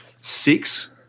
six –